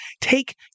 take